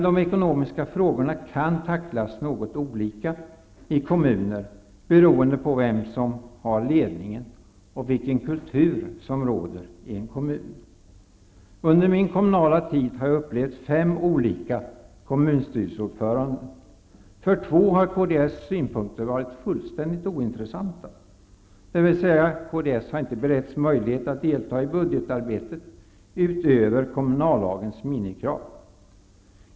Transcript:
De ekonomiska frågorna kan emellertid tacklas något olika i kommunerna beroende på vem som har ledningen och vilken kultur som råder i kommunen. Under min kommunala tid har jag upplevt fem olika kommunstyrelseordförande. För två ordförande har kds synpunkter varit fullständigt ointressanta. Kds har med andra ord inte beretts möjlighet att delta i budgetarbetet utöver kommunallagens minimikrav.